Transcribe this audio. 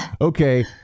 okay